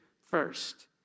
first